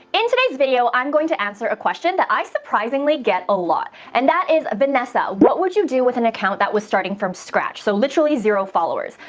in today's video, i'm going to answer a question that i surprisingly get a lot and that is vanessa, what would you do with an account that was starting from scratch, so literally zero followers?